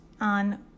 on